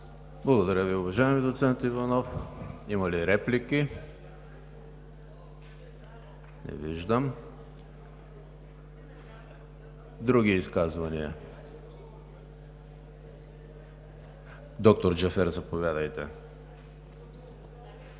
Благодаря Ви, уважаеми доцент Иванов. Има ли реплики? Не виждам. Други изказвания? Доктор Джафер, заповядайте.